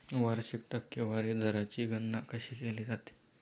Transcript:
वार्षिक टक्केवारी दराची गणना कशी केली जाते?